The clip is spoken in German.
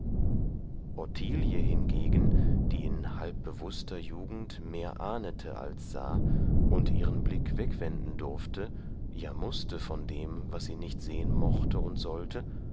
ottilie hingegen die in halb bewußter jugend mehr ahnete als sah und ihren blick wegwenden durfte ja mußte von dem was sie nicht sehen mochte und sollte